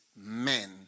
men